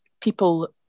people